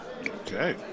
Okay